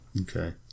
okay